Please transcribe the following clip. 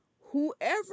Whoever